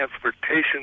transportation